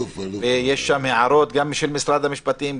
יש שם הערות גם של משרד המשפטים,